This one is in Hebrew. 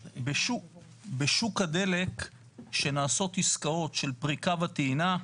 בשוק הדלק שנעשות עסקאות של פריקה וטעינה,